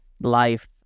life